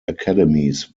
academies